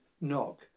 Knock